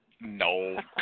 No